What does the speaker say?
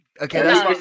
Okay